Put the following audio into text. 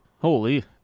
Holy